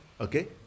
Okay